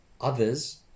others